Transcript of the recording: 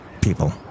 people